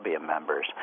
members